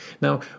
Now